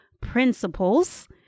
principles